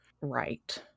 right